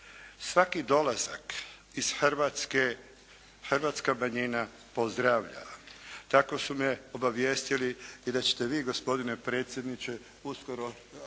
svaki dolazak iz Hrvatske, hrvatska manjina pozdravlja. Tako su me obavijestili i da ćete vi gospodine predsjedniče uskoro,